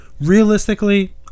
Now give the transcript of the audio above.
Realistically